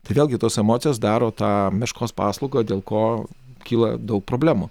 tai vėlgi tos emocijos daro tą meškos paslaugą dėl ko kyla daug problemų